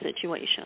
situation